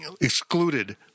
excluded